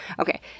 Okay